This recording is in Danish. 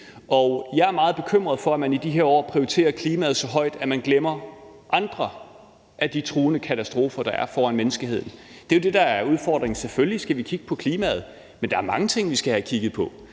jeg er meget bekymret for, at man i de her år prioriterer klimaet så højt, at man glemmer andre af de truende katastrofer, der er foran menneskeheden. Det er jo det, der er udfordringen. Selvfølgelig skal vi kigge på klimaet, men der er mange ting, vi skal have kigget på.